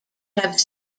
have